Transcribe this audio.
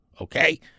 okay